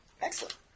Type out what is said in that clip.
Excellent